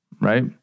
right